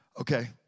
Okay